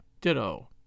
ditto